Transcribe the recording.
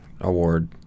award